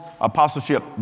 apostleship